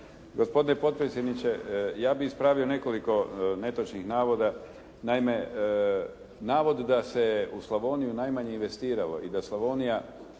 Gospodine potpredsjedniče. Ja bih ispravio nekoliko netočnih navoda. Naime, navod da se u Slavoniju najmanje investiralo i da Slavonija